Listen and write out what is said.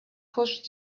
pushed